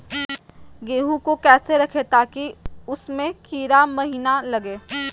गेंहू को कैसे रखे ताकि उसमे कीड़ा महिना लगे?